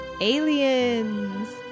aliens